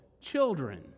children